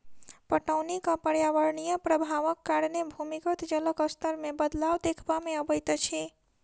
पटौनीक पर्यावरणीय प्रभावक कारणें भूमिगत जलक स्तर मे बदलाव देखबा मे अबैत अछि